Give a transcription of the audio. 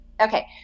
Okay